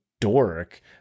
dork